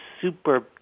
super